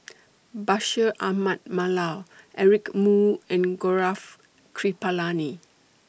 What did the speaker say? Bashir Ahmad Mallal Eric Moo and Gaurav Kripalani